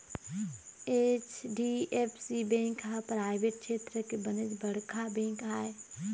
HDFC bank ह private छेत्र के बनेच बड़का बेंक आय